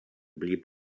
blieb